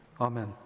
Amen